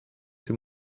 too